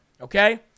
Okay